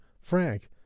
frank